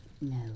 No